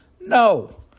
No